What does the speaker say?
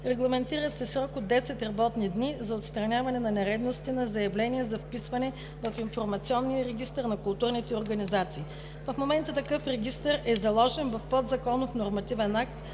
Регламентира се срок от 10 работни дни за отстраняване на нередности на заявления за вписване в информационния регистър на културните организации. В момента такъв срок е заложен в подзаконовия нормативен акт